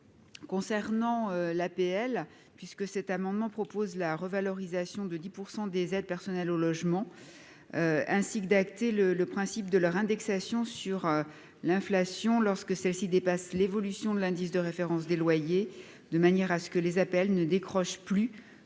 à Mme Isabelle Briquet. Cet amendement vise à prévoir la revalorisation de 10 % des aides personnelles au logement ainsi qu'à acter le principe de leur indexation sur l'inflation lorsque celle-ci dépasse l'évolution de l'indice de référence des loyers, afin que les APL ne décrochent plus,